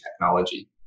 technology